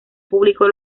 público